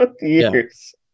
years